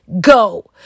go